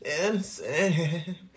innocent